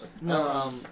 No